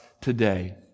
today